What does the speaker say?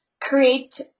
create